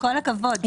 אין לי מושג,